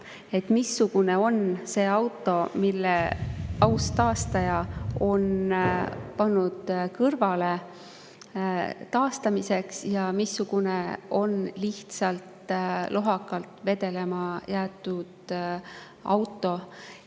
missugune on auto, mille aus taastaja on pannud kõrvale taastamiseks, ja missugune on lihtsalt lohakalt vedelema jäetud auto.